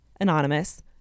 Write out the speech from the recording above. anonymous